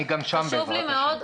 אני גם שם, בעזרת השם.